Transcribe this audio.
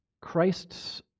Christ's